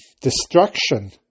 destruction